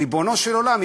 ריבונו של עולם,